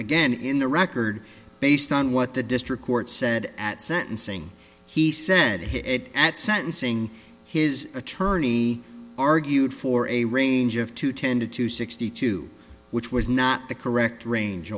again in the record based on what the district court said at sentencing he said it at sentencing his attorney argued for a range of two ten to two sixty two which was not the correct range